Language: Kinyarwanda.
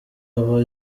abo